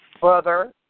Brother